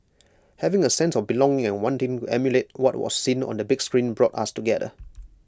having A sense of belonging and wanting emulate what was seen on the big screen brought us together